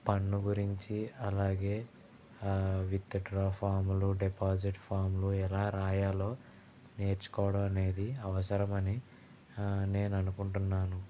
పన్ను గురించి అలాగే విత్ డ్రా ఫామ్లు డిపాజిట్ ఫామ్లు ఎలా రాయాలో నేర్చుకోవడం అనేది అవసరమని నేను అనుకుంటున్నాను